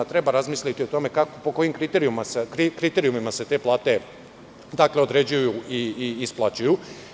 Treba razmisliti o tome po kojim kriterijumima se te plate određuju i isplaćuju.